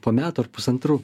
po metų ar pusantrų